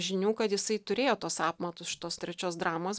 žinių kad jisai turėjo tuos apmatus šitos trečios dramos